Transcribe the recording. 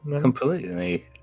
Completely